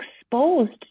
exposed